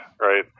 right